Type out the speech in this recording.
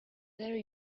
there